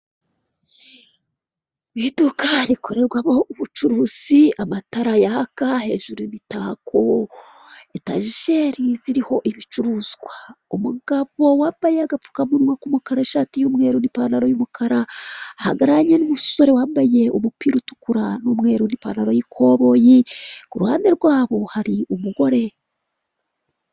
Iduka rikorerwamo ubucuruzi; amatara yaka, hejuru imitako, etajeri ziriho ibicuruzwa. Umugabo wambaye agapfukamunwa k'umukara ishati y'umweru n'ipantaro y'umukara, ahagararanye n'umusore wambaye umupira utukura n'umweru n'ipantalo y'ikoboyi kuruhande rwabo hari umugore.